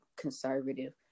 conservative